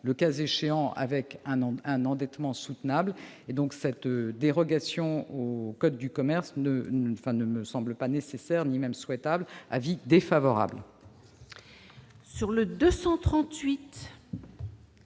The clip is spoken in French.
le cas échéant avec un endettement soutenable. Cette dérogation au code de commerce ne me semble pas nécessaire ni même souhaitable. L'avis est défavorable.